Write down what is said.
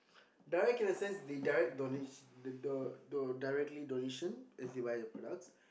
direct in a sense they direct donation do do directly donation as they buy the products